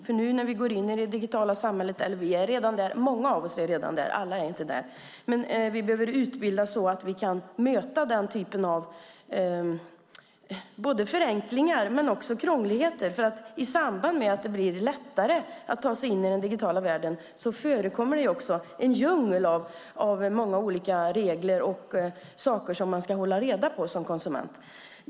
När vi går in i, eller redan är i, det digitala samhället - många av oss är redan där, dock inte alla - behöver vi utbildas så att vi kan möta den typen av förenklingar och också krångligheter. I och med att det blir lättare att ta sig in i den digitala världen finns det en djungel av regler och annat som man som konsument ska hålla reda på.